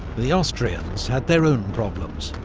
the austrians had their own problems.